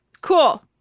cool